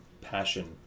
passion